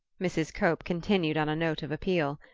mrs. cope continued on a note of appeal.